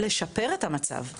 זה חלק מהמציאות שלנו.